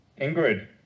Ingrid